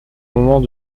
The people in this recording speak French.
moment